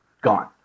gone